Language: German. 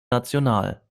national